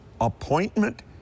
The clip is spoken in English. appointment